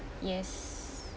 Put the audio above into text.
yes